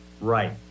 Right